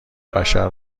بشر